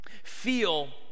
feel